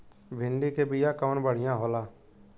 भिंडी के बिया कवन बढ़ियां होला?